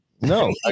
no